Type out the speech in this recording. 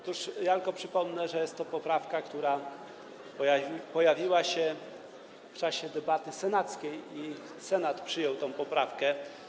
Otóż ja tylko przypomnę, że jest to poprawka, która pojawiła się w czasie debaty senackiej i Senat przyjął tę poprawkę.